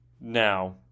Now